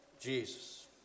Jesus